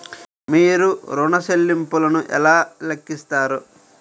మీరు ఋణ ల్లింపులను ఎలా లెక్కిస్తారు?